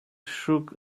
shook